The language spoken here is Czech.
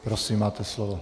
Prosím, máte slovo.